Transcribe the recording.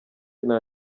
nta